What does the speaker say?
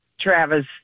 Travis